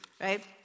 right